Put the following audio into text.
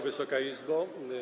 Wysoka Izbo!